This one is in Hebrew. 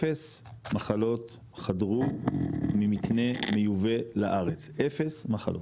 אפס מחלות חדרו ממקנה מיובא לארץ, אפס מחלות.